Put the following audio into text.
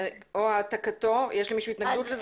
יש למישהו התנגדות?